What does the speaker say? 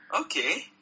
Okay